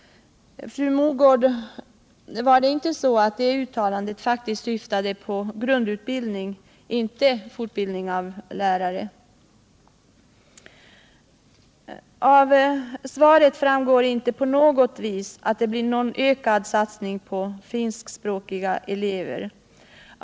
Fru Mogård! Var det inte så, att det uttalandet faktiskt syftade på grundutbildning och inte på fortbildning av lärare? Av svaret framgår inte på något vis att det blir någon ökad satsning på finskspråkiga elever.